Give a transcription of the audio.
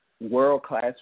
world-class